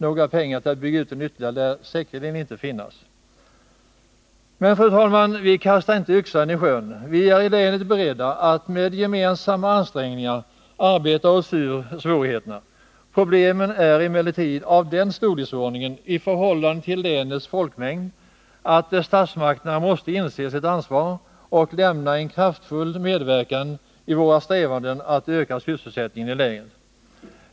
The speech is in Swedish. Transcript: Några pengar att bygga ut ytterligare lär säkerligen inte finnas. Men, fru talman, vi kastar inte yxan i sjön. Inom länet är vi beredda att med gemensamma ansträngningar arbeta oss ur svårigheterna. Problemen är emellertid av den storleksordningen, i förhållande till länets folkmängd, att statsmakterna måste inse sitt ansvar och kraftfullt hjälpa till i våra strävanden att öka sysselsättningen i länet.